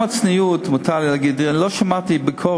וגם, עם הצניעות, מותר לי להגיד, לא שמעתי ביקורת